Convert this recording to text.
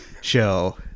show